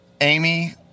Amy